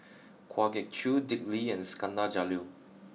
Kwa Geok Choo Dick Lee and Iskandar Jalil